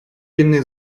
инны